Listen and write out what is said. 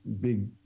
big